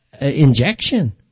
injection